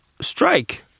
Strike